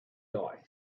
guy